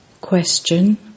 Question